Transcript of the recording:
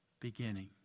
beginning